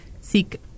seek